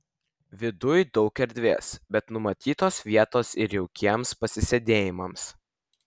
viduj daug erdvės bet numatytos vietos ir jaukiems pasisėdėjimams